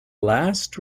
last